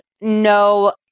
no